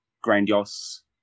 grandiose